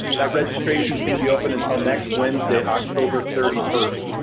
that registration is going to be open until next wednesday, october thirty first.